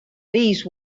least